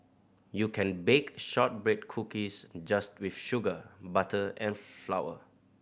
you can bake shortbread cookies just with sugar butter and flour